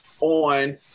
on